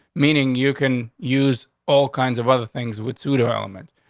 meaning you can use all kinds of other things with sue development.